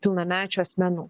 pilnamečių asmenų